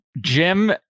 Jim